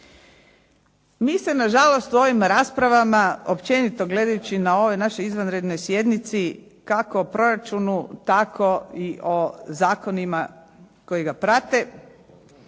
Mi se nažalost u ovom raspravama općenito gledajući na ovoj našoj izvanrednoj sjednici kako o proračunu tako i o zakonima koji ga prate,